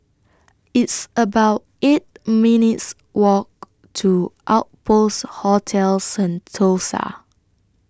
It's about eight minutes' Walk to Outpost Hotel Sentosa